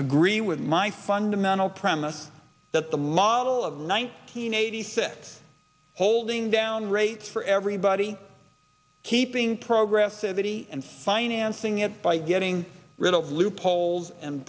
agree with my fundamental premise that the model of one hundred eighty six holding down rates for everybody keeping program city and financing it by getting rid of loopholes and